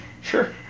Sure